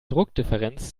druckdifferenz